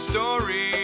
Story